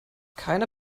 keine